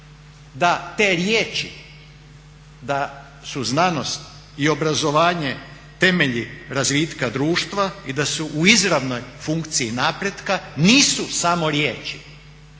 da te riječi da su znanost i obrazovanje temelji razvitka društva i da su u izravnoj funkciji napretka nisu samo riječi,